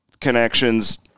connections